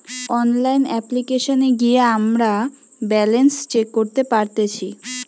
online অপ্লিকেশনে গিয়ে আমরা ব্যালান্স চেক করতে পারতেচ্ছি